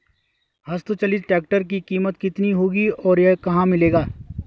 हस्त चलित ट्रैक्टर की कीमत कितनी होगी और यह कहाँ मिलेगा?